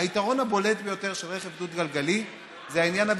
החיסרון הבולט ביותר של רכב דו-גלגלי זה העניין הבטיחותי.